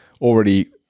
already